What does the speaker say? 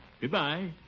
Goodbye